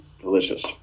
Delicious